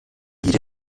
jede